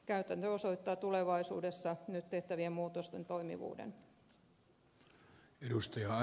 käytäntö osoittaa tulevaisuudessa nyt tehtävien muutosten toimivuuden